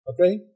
Okay